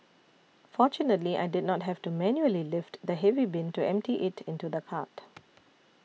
fortunately I did not have to manually lift the heavy bin to empty it into the cart